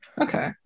okay